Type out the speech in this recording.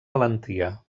valentia